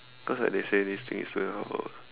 cause like they say this thing is two and a half hour